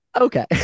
Okay